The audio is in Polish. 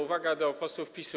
Uwaga do posłów PiS-u.